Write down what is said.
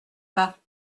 bas